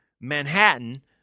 Manhattan